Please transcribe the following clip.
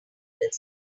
this